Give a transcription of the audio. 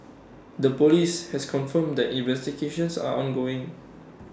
the Police has confirmed the investigations are ongoing